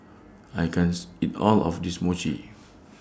I can's eat All of This Mochi